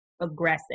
aggressive